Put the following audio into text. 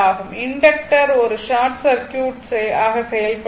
inductor ஒரு short circuit செயல்படுகிறது